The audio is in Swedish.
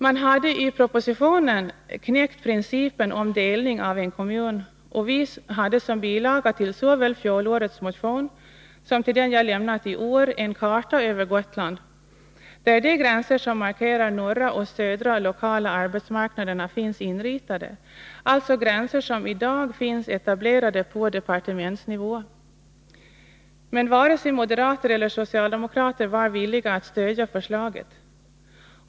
Man hade i propositionen knäckt principen om delning av en kommun, och som bilaga såväl till fjolårets motion som till den jag väckt i år hade fogats en karta över Gotland, där de gränser som markerar norra och södra lokala arbetsmarknaderna finns inritade — alltså gränser som i dag finns etablerade på departementsnivå. Men varken moderater eller socialdemokrater var villiga att stödja förslaget.